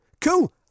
Cool